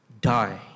Die